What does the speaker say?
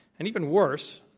and even worse,